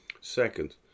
Second